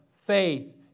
faith